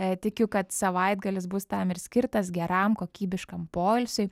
tikiu kad savaitgalis bus tam ir skirtas geram kokybiškam poilsiui